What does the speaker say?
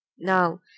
now